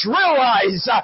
realize